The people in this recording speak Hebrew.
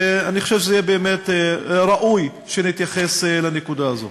ראוי שנתייחס לנקודה הזאת.